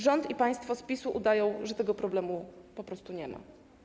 Rząd i państwo z PiS-u udają, że tego problemu po prostu nie ma.